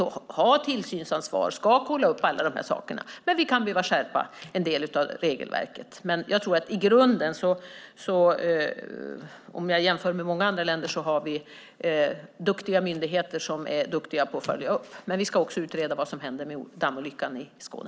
De har tillsynsansvar och ska kolla upp alla de här sakerna. Men vi kan behöva skärpa en del av regelverket. Men jag tror att vi i grunden, om jag jämför med många andra länder, har duktiga myndigheter som är duktiga på att följa upp, men vi ska också utreda vad som hände med dammolyckan i Skåne.